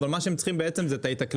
אבל מה שהם צריכים בעצם זו ההתאקלמות.